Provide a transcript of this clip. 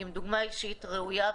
עם דוגמה אישית ראויה וטובה.